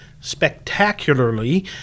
spectacularly